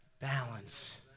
Balance